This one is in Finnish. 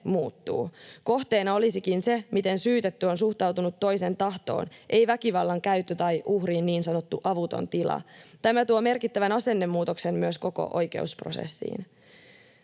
Kohteena olisikin se, miten syytetty on suhtautunut toisen tahtoon, ei väkivallan käyttö tai uhrin niin sanottu avuton tila. Tämä tuo merkittävän asennemuutoksen myös koko oikeusprosessiin.